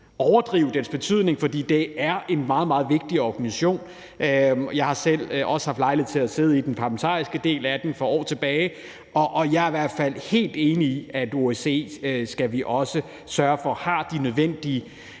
overdrive dets betydning, for det er en meget, meget vigtig organisation. Jeg har også selv for år tilbage haft lejlighed til at sidde i den parlamentariske del, og jeg er i hvert fald helt enig i, at vi skal sørge for, at OSCE har de nødvendige